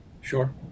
sure